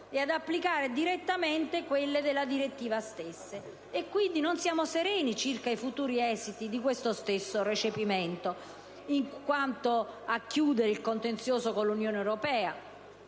e ad applicare direttamente quelle della direttiva stessa. Quindi, non siamo sereni circa i futuri esiti di questo stesso recepimento. Per chiudere il contenzioso con l'Unione europea,